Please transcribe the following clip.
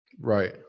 Right